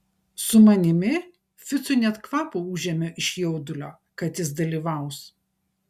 su manimi ficui net kvapą užėmė iš jaudulio kad jis dalyvaus